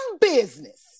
business